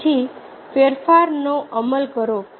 પછી ફેરફારનો અમલ કરો